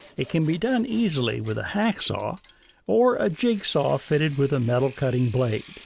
it can be done easily with a hacksaw or a jigsaw fitted with a metal-cutting blade.